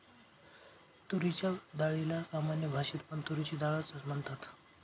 तुरीच्या डाळीला सामान्य भाषेत पण तुरीची डाळ च म्हणतात